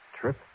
Trip